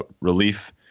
relief